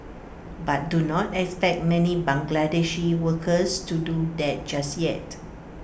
but do not expect many Bangladeshi workers to do that just yet